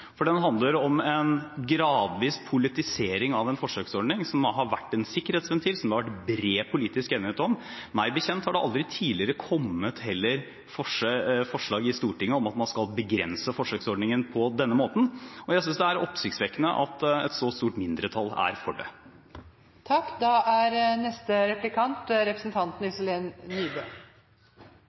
den handler om en gradvis politisering av en forsøksordning – som har vært en sikkerhetsventil, og som det har vært bred politisk enighet om. Meg bekjent har det heller aldri tidligere kommet forslag i Stortinget om at man skal begrense forsøksordningen på denne måten, og jeg synes det er oppsiktsvekkende at et så stort mindretall er for det.